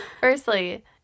firstly